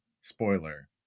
Spoiler